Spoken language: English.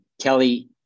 Kelly